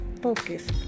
focus